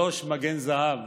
3. מגן זהב,